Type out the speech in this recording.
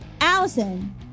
allison